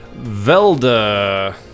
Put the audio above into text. Velda